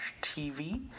TV